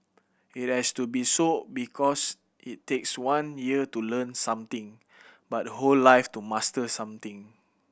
it has to be so because it takes one year to learn something but a whole life to master something